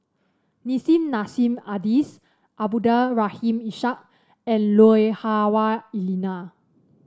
Nissim Nassim Adis Abdul Rahim Ishak and Lui Hah Wah Elena